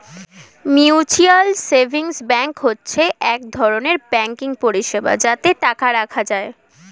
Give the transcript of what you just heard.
mutual savings bank হচ্ছে এক ধরনের ব্যাঙ্কিং পরিষেবা যাতে টাকা রাখা যায়